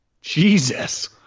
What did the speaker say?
Jesus